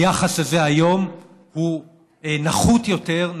היחס הזה היום הוא נחות יותר,